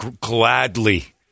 gladly